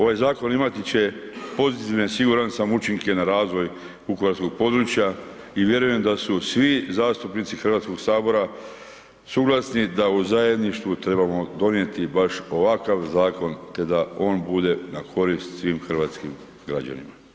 Ovaj zakon imati će pozitivne, siguran sam, učinke na razvoj vukovarskog područja i vjerujem da su svi zastupnici HS suglasni da u zajedništvu trebamo donijeti baš ovakav zakon, te da on bude na korist svih hrvatskih građanima.